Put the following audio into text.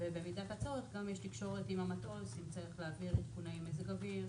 ובמידת הצורך גם יש תקשורת עם המטוס אם צריך להעביר עדכוני מזג האוויר,